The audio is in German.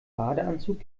badeanzug